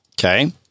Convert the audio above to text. Okay